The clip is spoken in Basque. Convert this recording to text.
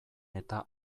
eta